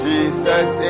Jesus